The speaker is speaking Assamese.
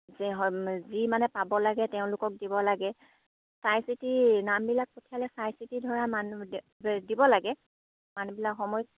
যে হয় যি মানে পাব লাগে তেওঁলোকক দিব লাগে চাই চিতি নামবিলাক পঠিয়ালে চাই চিতি ধৰা মানুহ দিব লাগে মানুহবিলাক সময়